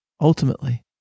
ultimately